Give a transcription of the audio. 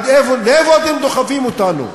לאיפה אתם דוחפים אותנו?